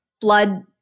blood